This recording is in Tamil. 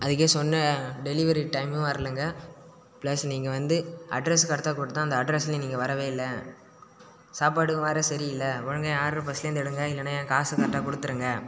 அதுக்கே சொன்னேன் டெலிவரி டைமும் வரலங்க ப்ளஸ் நீங்கள் வந்து அட்ரெஸ் கரெக்ட்டாக கொடுத்தன் அந்த அட்ரெஸ்ஸில் நீங்கள் வரவே இல்லை சாப்பாடும் வேற சரியில்ல ஒழுங்காக ஏன் ஆட்ரு ஃபஸ்ட்லேருந்து எடுங்கள் இல்லைனா என் காசை கரெக்ட்டாக கொடுத்துருங்க